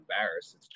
embarrassed